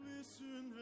Listen